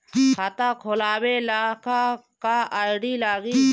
खाता खोलाबे ला का का आइडी लागी?